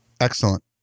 Excellent